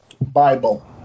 bible